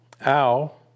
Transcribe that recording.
Al